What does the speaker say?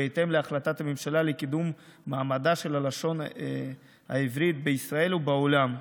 בהתאם להחלטת הממשלה לקידום מעמדה של הלשון העברית בישראל ובעולם.